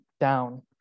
down